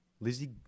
Lizzie